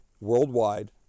worldwide